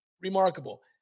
remarkable